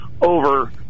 over